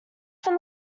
from